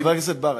חבר הכנסת בר,